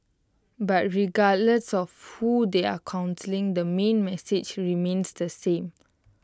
but regardless of who they are counselling the main message remains the same